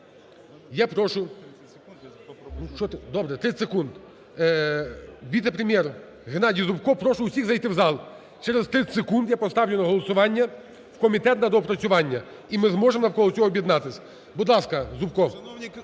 Добре, 30 секунд. Віце-прем'єр Геннадій Зубко, прошу всіх зайти в зал, через 30 секунд я поставлю на голосування у комітет на доопрацювання, і ми зможемо навколо цього об'єднатися. Будь ласка, Зубко.